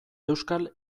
euskal